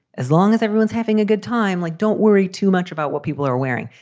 as long as everyone's having a good time, like, don't worry too much about what people are wearing,